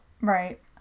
Right